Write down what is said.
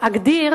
להגדיר